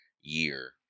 year